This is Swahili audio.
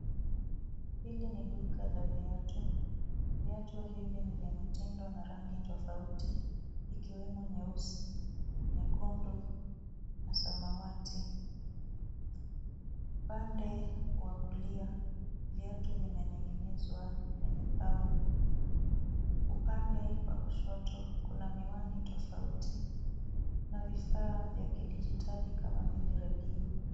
Hili ni duka la viatu. Viatu hivi ni za mitindo na rangi tofauti tofauti ikiwemo nyeusi, nyekundu na samawati. Upande wa kulia viatu vimeniginizwa kwenye pau. Upande wa kushoto kuna miwani tofauti tofauti na vifaa vya kidijitali kama redio.